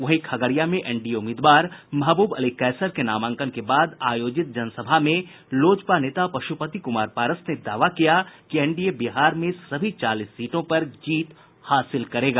वहीं खगड़िया में एनडीए उम्मीदवार महबूब अली कैसर के नामांकन के बाद आयोजित जनसभा में लोजपा नेता पशुपति कुमार पारस ने दावा किया कि एनडीए बिहार में सभी चालीस सीटों पर जीत हासिल करेगा